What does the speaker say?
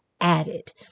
added